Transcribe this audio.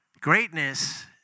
Greatness